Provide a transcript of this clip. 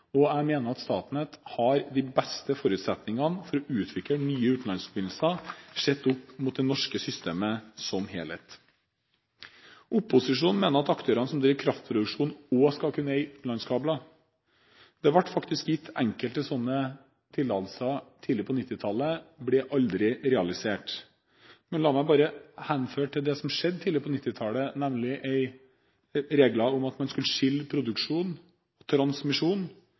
Jeg mener at Statnett har de beste forutsetningene for å utvikle nye utenlandsforbindelser, sett opp mot det norske kraftsystemet som helhet. Opposisjonen mener at aktører som driver kraftproduksjon, også skal kunne eie utenlandskabler. Det ble faktisk gitt enkelte slike tillatelser tidlig på 1990-tallet. De ble aldri realisert. La meg bare henvise til det som skjedde tidlig på 1990-tallet, nemlig til regler om at man skulle skille produksjon og transmisjon.